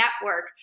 Network